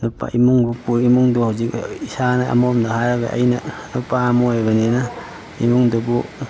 ꯅꯨꯄꯥ ꯏꯃꯨꯡ ꯏꯃꯨꯡꯗꯣ ꯍꯧꯖꯤꯛ ꯏꯁꯥꯅ ꯑꯃꯔꯣꯝꯗ ꯍꯥꯏꯔꯒ ꯑꯩꯅ ꯅꯨꯄꯥ ꯑꯃ ꯑꯣꯏꯕꯅꯤꯅ ꯏꯃꯨꯡꯗꯨꯕꯨ